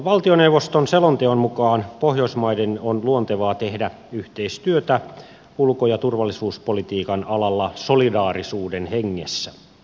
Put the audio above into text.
valtioneuvoston selonteon mukaan pohjoismaiden on luontevaa tehdä yhteistyötä ulko ja turvallisuuspolitiikan alalla solidaarisuuden hengessä